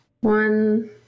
One